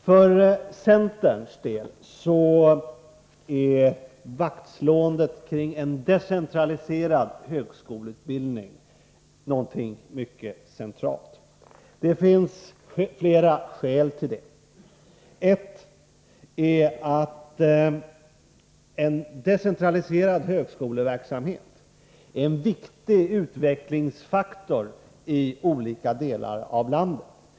För centerns del är vaktslåendet kring en decentraliserad högskoleutbildning någonting mycket centralt. Det finns flera skäl för detta. Ett är att en decentraliserad högskoleverksamhet är en viktig utvecklingsfaktor i olika delar av landet.